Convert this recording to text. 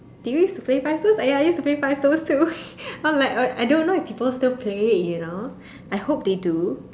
did you use to play five stones ya I used to play five stones too I'm like I I don't know if people still play it you know I hope they do